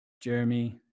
Jeremy